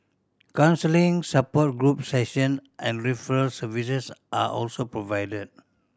counselling support group session and referral services are also provided